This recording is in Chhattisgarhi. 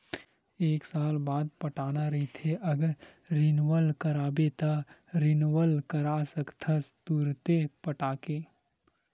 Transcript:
एक साल बाद पटाना रहिथे अगर रिनवल कराबे त रिनवल करा सकथस तुंरते पटाके